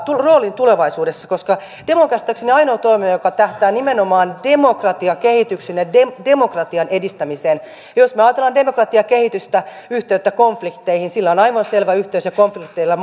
roolin tulevaisuudessa koska demo on käsittääkseni ainoa toimija joka tähtää nimenomaan demokratiakehityksen ja demokratian edistämiseen jos me ajattelemme demokratiakehitystä yhteyttä konflikteihin sillä on aivan selvä yhteys ja konflikteilla